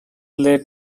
led